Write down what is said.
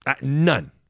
None